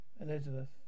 Elizabeth